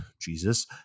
Jesus